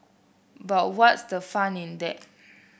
but what's the fun in that